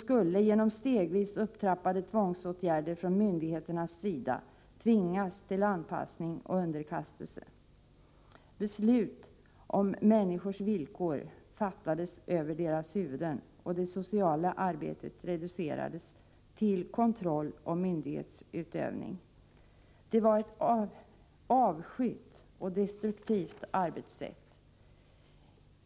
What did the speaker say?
skulle genom stegvis upptrappade tvångsåtgärder från myndigheternas sida tvingas till anpassning och underkastelse. Beslut om människors villkor fattades över deras huvuden och det sociala arbetet reducerades till kontroll och myndighetsutövning. Det var ett avskytt och destruktivt arbetssätt.